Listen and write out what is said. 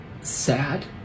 sad